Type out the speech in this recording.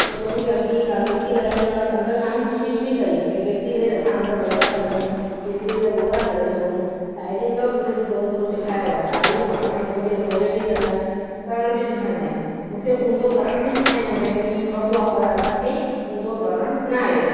त चऊं पिया ठीकु आहे डुबकी लॻाईंदा हुयासीं अंदरु जाम कोशिशि बि कई भई केतिरी देरि असां अंदरु वेई था सघूं केतिरी देरि उहा था करे सघूं साहेड़ीनि सभु असांखे थोरो थोरो सेखारियो आहे साहेड़ियूं पाण में वञी करे मौज बि कंदा आहियूं तरण बि सिखंदा आहियूं मूंखे ऊंधो करण बि सेखारियूं भई ईअं ईअं कॿो आहे पर असांखे ऊंधो तरणु न आहियो